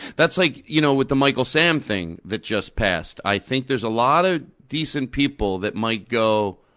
that's like you know with the michael sam thing that just passed. i think there's a lot of decent people that might go,